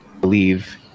Believe